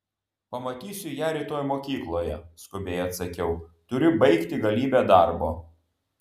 pamatysiu ją rytoj mokykloje skubiai atsakiau turiu baigti galybę darbo